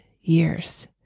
years